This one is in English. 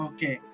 Okay